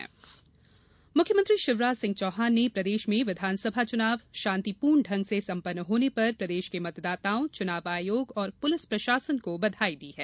मतदान बधाई मुख्यमंत्री शिवराज सिंह चौहान ने प्रदेश में विधानसभा चुनाव लगभग शांतिपूर्ण संपन्न होने पर प्रदेश के मतदाताओं चनाव आयोग और पुलिस प्रशासन को बधाई दी है